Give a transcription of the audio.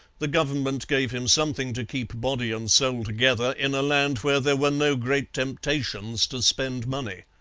the government gave him something to keep body and soul together in a land where there were no great temptations to spend money.